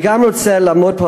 אני רוצה לסיים,